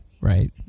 right